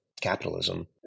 capitalism